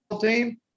team